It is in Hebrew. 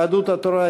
יהדות התורה,